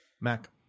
Mac